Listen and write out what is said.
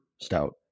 stout